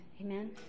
Amen